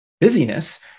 busyness